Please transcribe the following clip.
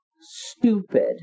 stupid